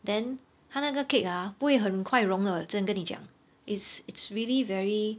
then 他那个 cake ah 不会很快融的真的跟你讲 it's it's really very